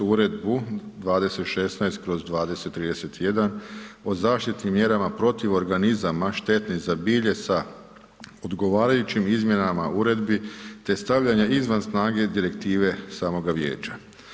2031 o zaštitnim mjerama protiv organizama štetnih za bilje sa odgovarajućim izmjenama uredbi te stavljanja izvan snage Direktive samoga vijeća.